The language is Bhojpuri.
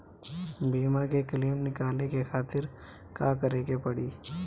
बीमा के क्लेम निकाले के खातिर का करे के पड़ी?